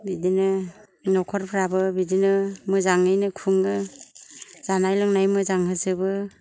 बिदिनो न'खरफ्राबो बिदिनो मोजाङैनो खुङो जानाय लोंनाय मोजां होजोबो